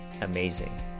amazing